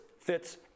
fits